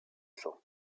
chants